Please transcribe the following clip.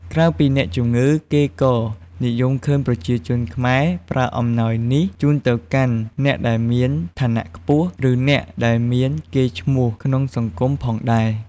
ក្រៅពីអ្នកជំងឺ គេក៏និយមឃើញប្រជាជនខ្មែរប្រើអំណោយនេះជូនទៅកាន់អ្នកដែលមានឋានៈខ្ពស់ ឬ អ្នកដែលមានកេរ្តិ៍ឈ្មោះក្នុងសង្គមផងដែរ។